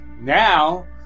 Now